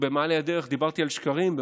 דיברתי על שקרים.